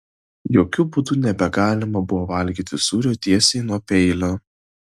jokiu būdu nebegalima buvo valgyti sūrio tiesiai nuo peilio